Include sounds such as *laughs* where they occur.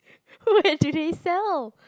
*laughs* where do they sell